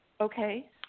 Okay